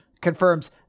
confirms